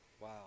Wow